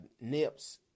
nips